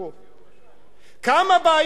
כמה בעיות יש בנושא הזה.